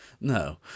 No